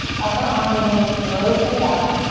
upper arm bones rotate out.